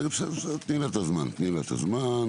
רצינו להתייחס לנושא תקופות השמירה,